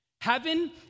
Heaven